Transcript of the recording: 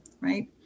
right